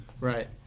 Right